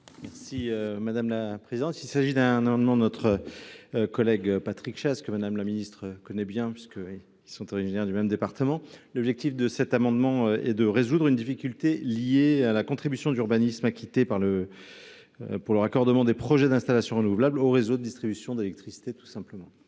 M. Didier Mandelli. Il s’agit d’un amendement de notre collègue Patrick Chaize, parlementaire que Mme la ministre connaît bien, puisqu’ils sont originaires du même département. L’objet de cet amendement est de résoudre une difficulté liée à la contribution d’urbanisme acquittée pour le raccordement des projets d’installations renouvelables au réseau de distribution d’électricité. Quel est